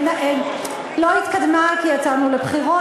היא לא התקדמה כי יצאנו לבחירות,